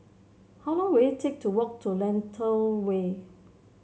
how long will it take to walk to Lentor Way